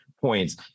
points